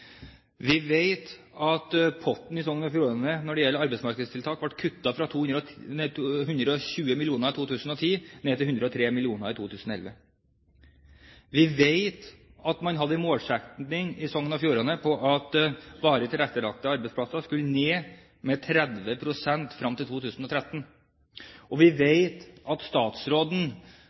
Vi vet at potten i Sogn og Fjordane når det gjelder arbeidsmarkedstiltak, ble kuttet fra 120 mill. kr i 2010 til 103 mill. kr i 2011. Vi vet at man i Sogn og Fjordane hadde en målsetting om at varig tilrettelagte arbeidsplasser skulle ned med 30 pst. frem til 2013. Og vi vet at statsråden